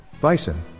Bison